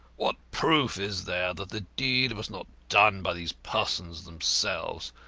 what proof is there that the deed was not done by these persons themselves,